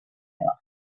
our